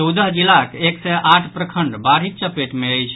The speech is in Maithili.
चौदह जिलाक एक सय आठ प्रखंड बाढ़िक चपेट में अछि